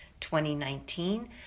2019